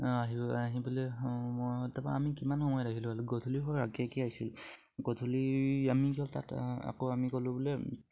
তাৰপা আমি কিমান সময় আহিছিলোঁ গধূলি আমি তাত আকৌ আমি গ'লোঁ বোলে